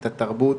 את התרבות,